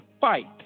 fight